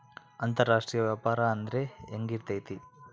ಅಂತರಾಷ್ಟ್ರೇಯ ವ್ಯಾಪಾರ ಅಂದ್ರೆ ಹೆಂಗಿರ್ತೈತಿ?